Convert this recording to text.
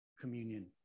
communion